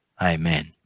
amen